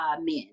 men